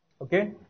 Okay